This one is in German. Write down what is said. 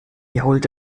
jault